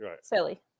Silly